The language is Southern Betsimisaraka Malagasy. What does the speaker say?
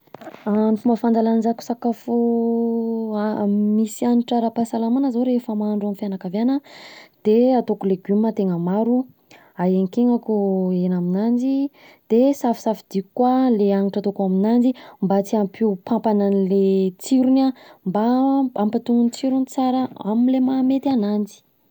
Fomba fanjalanjako sakafo a- misy hanitra ara-pahasalamana zao rehefa mahandro ho an'ny fianakaviana: de ataoko legioma tegna maro, ahenkenako hena aminanjy, de safisafidiko koa le hanitra ataoko aminanjy mba tsy hampihoampampana anle tsirony an, mba hampatonony tsirony tsara amle mahamety ananjy.